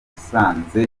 musanze